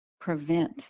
prevent